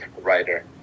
writer